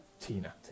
Tina